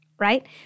right